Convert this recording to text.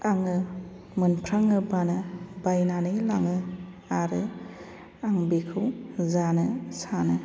आङो मोनफ्राङोबानो बायनानै लाङो आरो आं बेखौ जानो सानो